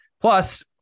Plus